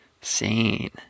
sane